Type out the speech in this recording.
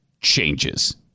changes